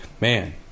Man